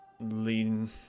lean